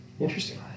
Interesting